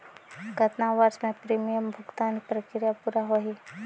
कतना वर्ष मे प्रीमियम भुगतान प्रक्रिया पूरा होही?